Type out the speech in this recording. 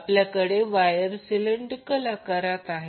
आपल्याकडे wire cylindrical आकारात आहेत